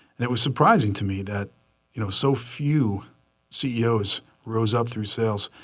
it was surprising to me that you know so few ceos rose up through sales,